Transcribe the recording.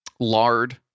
Lard